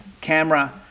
camera